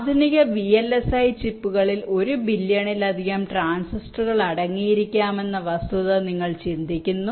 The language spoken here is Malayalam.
ആധുനിക വിഎൽഎസ്ഐ ചിപ്പുകളിൽ ഒരു ബില്യണിലധികം ട്രാൻസിസ്റ്ററുകൾ അടങ്ങിയിരിക്കാമെന്ന വസ്തുത നിങ്ങൾ ചിന്തിക്കുന്നു